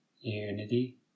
unity